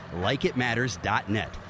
LikeItMatters.net